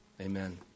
Amen